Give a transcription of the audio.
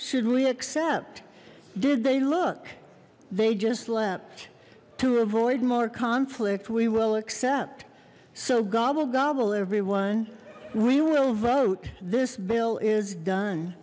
should we accept did they look they just left to avoid more conflict we will accept so gobble gobble everyone we will vote this bill is done